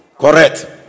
correct